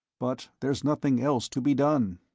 but there's nothing else to be done.